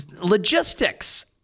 Logistics